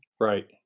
right